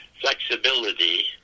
flexibility